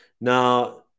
Now